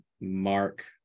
Mark